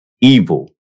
evil